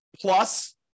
Plus